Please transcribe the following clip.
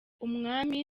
umwami